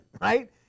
right